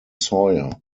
sawyer